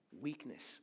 weakness